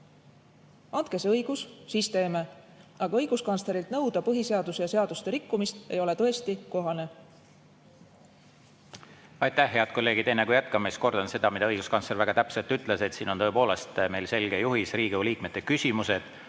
Andke see õigus, siis teeme. Aga õiguskantslerilt nõuda põhiseaduse ja seaduste rikkumist ei ole tõesti kohane. Aitäh! Head kolleegid! Enne kui jätkame, kordan seda, mida õiguskantsler väga täpselt ütles. Siin on tõepoolest meil selge juhis: Riigikogu liikmete küsimused